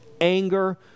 anger